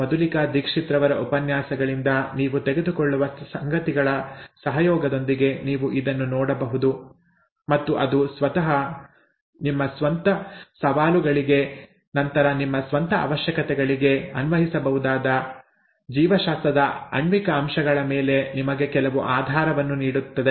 ಮಧುಲಿಕಾ ದೀಕ್ಷಿತ್ರವರ ಉಪನ್ಯಾಸಗಳಿಂದ ನೀವು ತೆಗೆದುಕೊಳ್ಳುವ ಸಂಗತಿಗಳ ಸಹಯೋಗದೊಂದಿಗೆ ನೀವು ಇದನ್ನು ನೋಡಬಹುದು ಮತ್ತು ಅದು ನಿಮ್ಮ ಸ್ವಂತ ಸವಾಲುಗಳಿಗೆ ನಂತರ ನಿಮ್ಮ ಸ್ವಂತ ಅವಶ್ಯಕತೆಗಳಿಗೆ ಅನ್ವಯಿಸಬಹುದಾದ ಜೀವಶಾಸ್ತ್ರದ ಆಣ್ವಿಕ ಅಂಶಗಳ ಮೇಲೆ ನಿಮಗೆ ಕೆಲವು ಆಧಾರವನ್ನು ನೀಡುತ್ತದೆ